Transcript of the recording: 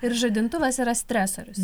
ir žadintuvas yra stresorius